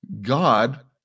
God